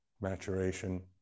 maturation